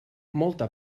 molta